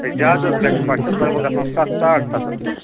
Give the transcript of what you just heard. ہے زیادٕ حظ گَژھِ پَشَس لگ بَگ گژھَن سَتھ ساڑٕ سَتھ ہَتھ فُٹہٕ